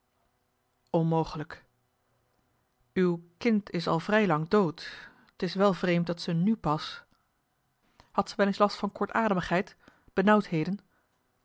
onmogelijk uw kind is al vrij lang dood t is wel vreemd dat ze nu pas had ze wel eens last van